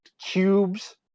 cubes